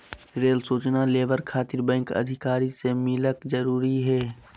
Rail सूचना labour खातिर bank अधिकारी से मिलक जरूरी है?